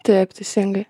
taip teisingai